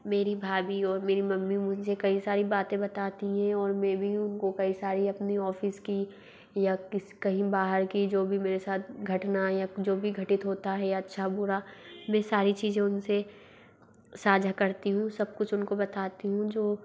मेरी भाभी और मेरी मम्मी मुझे कई सारी बातें बताती हैं और मैं भी उनको कई सारी अपनी ऑफ़िस की या किस कहीं बाहर की जो भी मेरे सात घटना या जो भी घटित होता है या अच्छा बुरा मैं सारी चीज़ें उनसे साझा करती हूँ सब कुछ उनको बताती हूँ जो